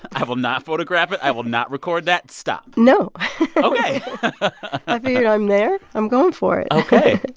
i will not photograph it. i will not record that. stop no ok i figured, i'm there i'm going for it ok.